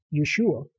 Yeshua